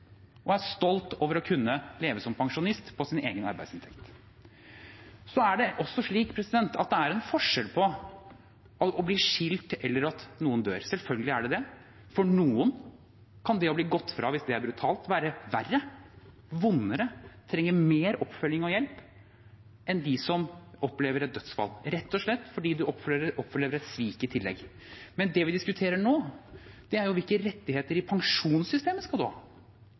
og som er stolt over å kunne leve som pensjonist på sin egen arbeidsinntekt. Det er også forskjell på å bli skilt, og at noen dør – selvfølgelig er det det. For noen kan det å bli gått fra – hvis det er brutalt – være verre og vondere og føre til at man trenger mer oppfølging og hjelp, enn det å oppleve et dødsfall, rett og slett fordi man opplever et svik i tillegg. Men det vi diskuterer nå, er hvilke rettigheter i pensjonssystemet man skal ha.